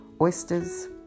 oysters